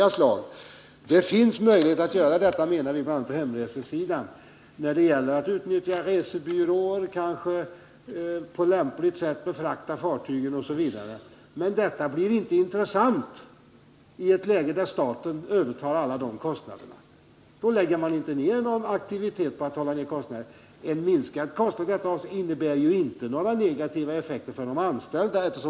Det finns enligt vår mening möjlighet att göra det bl.a. på det område som omfattas av hemresorna — det kan gälla att utnyttja resebyråer, att på lämpligt sätt befrakta fartygen osv. — men detta blir inte intressant för rederierna i ett läge där staten övertar de här kostnaderna. Då anstränger man sig inte för att hålla dem nere. Minskade kostnader i det här avseendet får inte några negativa effekter för de anställda.